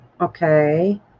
okay